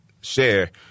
share